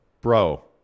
bro